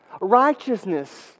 righteousness